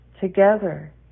together